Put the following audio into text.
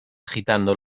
agitando